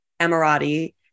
Emirati